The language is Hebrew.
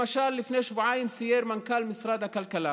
למשל, לפני שבועיים סייר מנכ"ל משרד הכלכלה